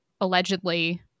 allegedly